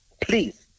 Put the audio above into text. please